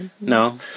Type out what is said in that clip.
no